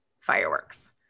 fireworks